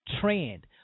trend